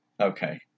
Okay